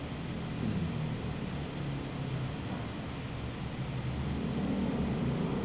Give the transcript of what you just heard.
mm